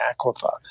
aquifer